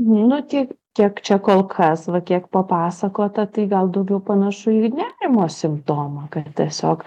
nu tiek kiek čia kol kas va kiek papasakota tai gal daugiau panašu į nerimo simptomą kad tiesiog